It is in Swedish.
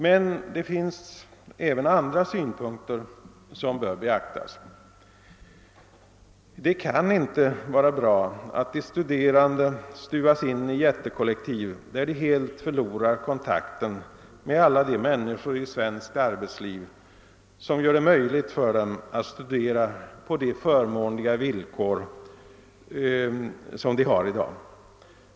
Men det finns även andra synpunkter som bör beaktas. Det kan inte vara bra att de studerande stuvas in i jättekollektiv, där de helt förlorar kontakten med alla de människor i svenskt arbetsliv, som gör det möjligt för dem att studera på de förmånliga villkor, som de har i dag.